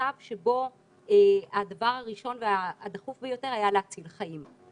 מצב שבו הדבר הראשון והדחוף ביותר היה להציל חיים.